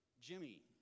Jimmy